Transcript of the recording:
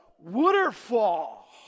waterfall